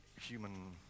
human